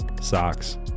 socks